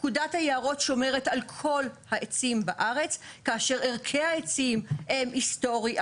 פקודת היערות שומרת על כל העצים בארץ כאשר ערכי העצים הם היסטוריים,